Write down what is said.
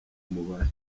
umubare